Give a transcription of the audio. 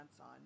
on